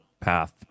path